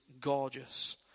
gorgeous